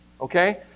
Okay